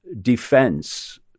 defense